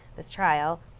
the trial,